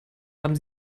haben